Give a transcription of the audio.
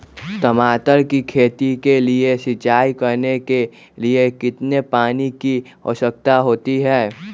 टमाटर की खेती के लिए सिंचाई करने के लिए कितने पानी की आवश्यकता होती है?